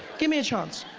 give me a chance.